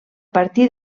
partir